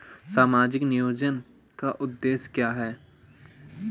सामाजिक नियोजन का उद्देश्य क्या है?